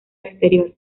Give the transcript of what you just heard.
exterior